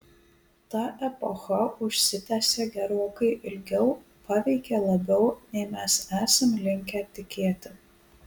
ta epocha užsitęsė gerokai ilgiau paveikė labiau nei mes esam linkę tikėti